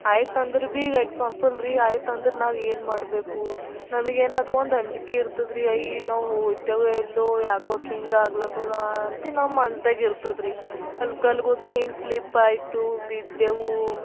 ಆಯ್ತು ಅಂದ್ರೆ ಬಿ ಈಗ ಎಕ್ಸಾಂಪಲ್ ರೀ ಆಯ್ತು ಅಂದರೆ ನಾವು ಏನು ಮಾಡಬೇಕು ನಮಗ್ ಏನು ಅದು ಒಂದು ಅಂಜಿಕೆ ಇರ್ತದೆ ರೀ ಅಯ್ಯೋ ನಾವು ಇರ್ತೇವೋ ಇಲ್ವೋ ಯಾಕೋ ಕ್ ಹಿಂಗ್ ಆಗ್ಲತ್ತದಾ ಅಂತ ನಮ್ಮ ಮನ್ಸ್ನಾಗ್ ಇರ್ತದೆ ರೀ ಅಲ್ಲಿ ಕಲ್ಲು ಗುದ್ದಾಗೆ ಹಿಂಗೆ ಸ್ಲಿಪ್ಪಾಯಿತು ಬಿದ್ದೆವು